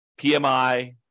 PMI